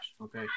Okay